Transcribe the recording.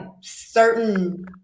certain